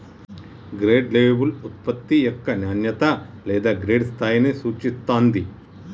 grade label ఉత్పత్తి యొక్క నాణ్యత లేదా గ్రేడ్ స్థాయిని సూచిత్తాంది